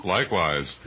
Likewise